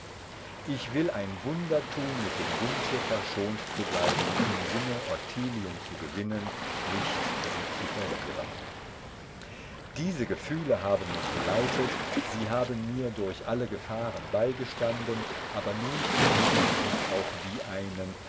ich will wunder tun mit dem wunsche verschont zu bleiben im sinne ottilien zu gewinnen nicht sie zu verlieren diese gefühle haben mich geleitet sie haben mir durch alle gefahren beigestanden aber nun finde ich mich auch wie einen